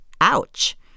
Ouch